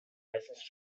license